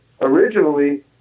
originally